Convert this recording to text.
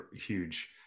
huge